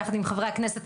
ביחד עם חברי הכנסת,